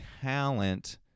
talent